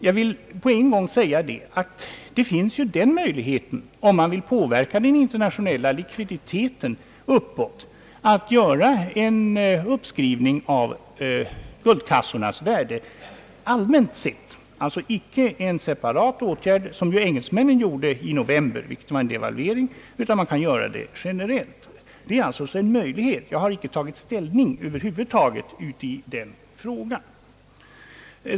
Jag vill emellertid säga, att om man vill påverka den internationella likviditeten uppåt så finns den möjligheten att göra en uppskrivning av guldkassornas värde allmänt sett. Det bör alltså inte vara en separat åtgärd som den engelsmän nen vidtog i november, vilket var en devalvering, utan man kan göra det generellt. Detta är alltså en rent allmän möjlighet, men jag har över huvud taget icke tagit ställning i den frågan.